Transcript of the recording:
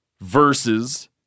versus